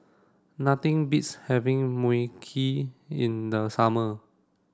nothing beats having Mui Kee in the summer